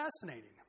fascinating